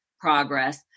progress